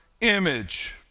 image